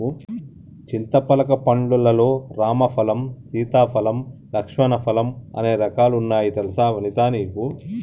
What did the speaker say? చింతపలక పండ్లు లల్లో రామ ఫలం, సీతా ఫలం, లక్ష్మణ ఫలం అనే రకాలు వున్నాయి తెలుసా వనితా నీకు